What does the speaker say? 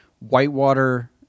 whitewater